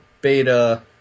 Beta